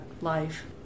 life